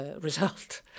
result